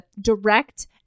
direct